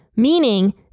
Meaning